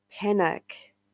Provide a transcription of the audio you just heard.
panic